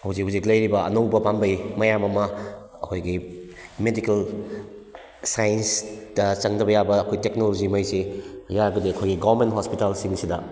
ꯍꯧꯖꯤꯛ ꯍꯧꯖꯤꯛ ꯂꯩꯔꯤꯕ ꯑꯅꯧꯕ ꯄꯥꯝꯕꯩ ꯃꯌꯥꯝ ꯑꯃ ꯑꯩꯈꯣꯏꯒꯤ ꯃꯦꯗꯤꯀꯦꯜ ꯁꯥꯏꯟꯁ ꯇ ꯆꯪꯗꯕ ꯌꯥꯕ ꯑꯩꯈꯣꯏ ꯇꯦꯛꯅꯣꯂꯣꯖꯤꯉꯩꯁꯤ ꯌꯥꯔꯒꯗꯤ ꯑꯩꯈꯣꯏꯒꯤ ꯒꯣꯚꯔꯟꯃꯦꯟ ꯍꯣꯁꯄꯤꯇꯥꯜꯁꯤꯡꯁꯤꯗ